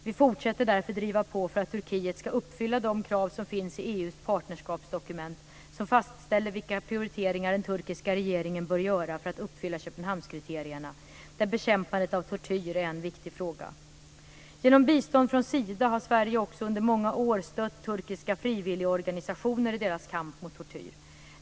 Vi fortsätter därför att driva på för att Turkiet ska uppfylla de krav som finns i EU:s partnerskapsdokument som fastställer vilka prioriteringar den turkiska regeringen bör göra för att uppfylla Köpenhamnskriterierna, där bekämpandet av tortyr är en viktig fråga. Genom bistånd från Sida har Sverige också under många år stött turkiska frivilligorganisationer i deras kamp mot tortyr.